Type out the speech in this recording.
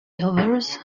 others